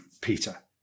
Peter